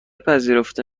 پذیرفته